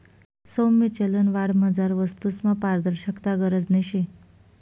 सौम्य चलनवाढमझार वस्तूसमा पारदर्शकता गरजनी शे